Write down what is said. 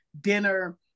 dinner